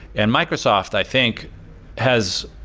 and microsoft i think has,